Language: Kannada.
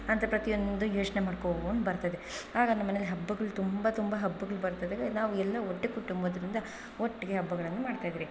ಅಂತ ಪ್ರತಿಯೊಂದು ಯೋಚನೇ ಮಾಡ್ಕೊಂಡು ಬರ್ತಾಯಿದ್ದೆ ಆಗ ನಮ್ಮಮನೆಯಲ್ಲಿ ಹಬ್ಬಗಳು ತುಂಬ ತುಂಬ ಹಬ್ಬಗಳು ಬರ್ತಾಯಿದ್ದಾಗ ನಾವು ಎಲ್ಲ ಒಂದೇ ಕುಟುಂಬದರಿಂದ ಒಟ್ಟಿಗೆ ಹಬ್ಬಗಳನ್ನು ಮಾಡ್ತಾಯಿದ್ವಿ